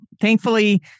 thankfully